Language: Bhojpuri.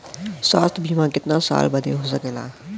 स्वास्थ्य बीमा कितना साल बदे हो सकेला?